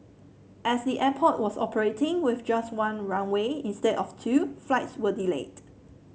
as the airport was operating with just one runway instead of two flights were delayed